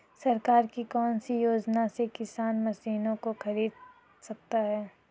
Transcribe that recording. सरकार की कौन सी योजना से किसान मशीनों को खरीद सकता है?